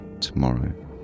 tomorrow